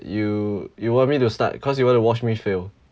you you want me to start cause you wanna watch me fail